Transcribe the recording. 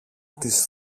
της